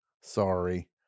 Sorry